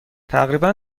تقریبا